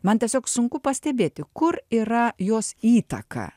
man tiesiog sunku pastebėti kur yra jos įtaka